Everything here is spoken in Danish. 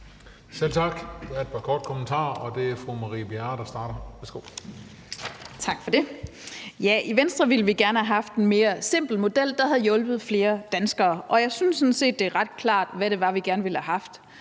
Selv tak. Der er et par korte bemærkninger, og det er fru Maria Bjerre, der starter. Værsgo. Kl. 19:08 Marie Bjerre (V): Tak for det. I Venstre ville vi gerne have haft en mere simpel model, der havde hjulpet flere danskere. Jeg synes sådan set, det er ret klart, hvad det var, vi gerne ville have haft.